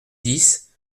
dix